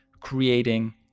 creating